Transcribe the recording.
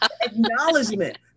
Acknowledgement